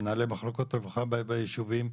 מנהלי מחלקות רווחה ביישובים,